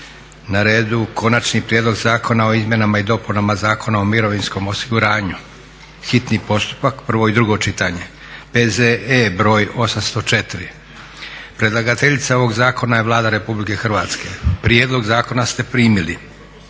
na redu - Konačni prijedlog zakona o izmjenama i dopunama Zakona o mirovinskom osiguranju, hitni postupak, prvo i drugo čitanje, P.Z.E. br. 804 Predlagateljica zakona je Vlada Republike Hrvatske. Prijedlog zakona ste primili.